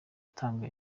gutanga